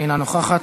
אינה נוכחת,